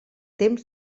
temps